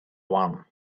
one